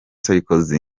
sarkozy